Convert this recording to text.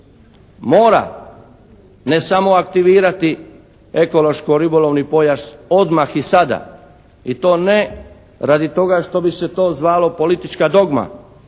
mora ne samo aktivirati ekološko-ribolovni pojas odmah i sada i to ne radi toga što bi se to zvalo politička dogma